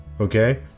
Okay